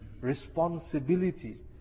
responsibility